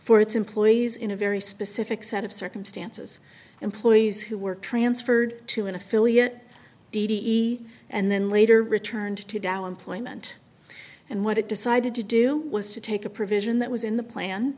its employees in a very specific set of circumstances employees who were transferred to an affiliate d d e and then later returned to dow employment and what it decided to do was to take a provision that was in the plan